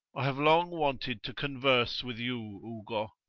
i have long wanted to converse with you, ugo!